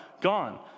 gone